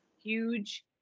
huge